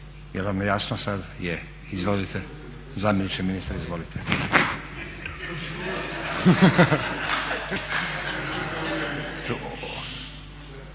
Je li vam jasno sada? Je. Izvolite. Zamjeniče ministra izvolite.